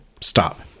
stop